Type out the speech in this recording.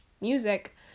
music